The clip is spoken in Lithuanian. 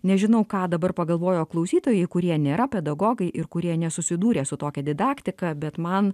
nežinau ką dabar pagalvojo klausytojai kurie nėra pedagogai ir kurie nesusidūrė su tokia didaktika bet man